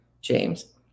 James